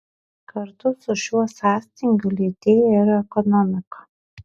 kartu su šiuo sąstingiu lėtėja ir ekonomika